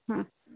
ಹ್ಞು